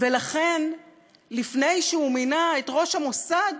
ולכן לפני שהוא מינה את ראש המוסד,